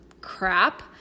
crap